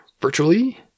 virtually